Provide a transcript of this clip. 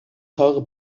teure